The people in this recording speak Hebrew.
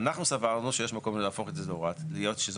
אנחנו סברנו שיש מקום להפוך את זה להוראת קבע.